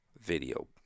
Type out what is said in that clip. video